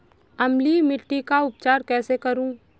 अम्लीय मिट्टी का उपचार कैसे करूँ?